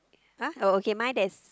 !huh! oh okay mine there's